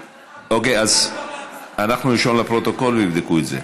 אוקיי, אז אנחנו נרשום לפרוטוקול, ויבדקו את זה.